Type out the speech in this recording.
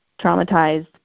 traumatized